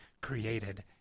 created